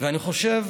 ואני חושב